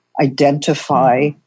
identify